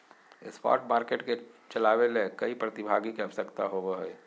spot market के चलावय ले कई प्रतिभागी के आवश्यकता होबो हइ